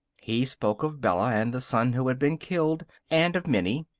he spoke of bella, and the son who had been killed, and of minnie.